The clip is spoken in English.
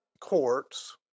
courts